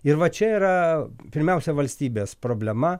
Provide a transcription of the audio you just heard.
ir va čia yra pirmiausia valstybės problema